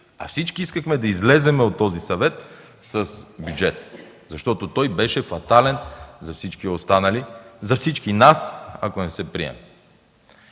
А всички искахме да излезем от този Съвет с бюджет, защото той беше фатален за всички останали, за всички нас, ако не се приеме.